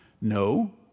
No